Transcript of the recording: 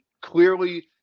clearly